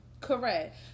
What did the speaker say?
Correct